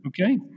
Okay